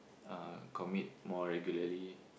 uh commit more regularly